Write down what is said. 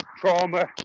trauma